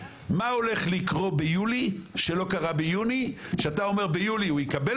מה הולך לקרות ביולי שלא קרה ביוני שאתה אומר ביולי הוא יקבל